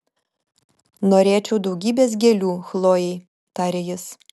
norėčiau daugybės gėlių chlojei tarė jis